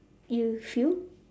you feel